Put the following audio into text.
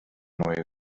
neue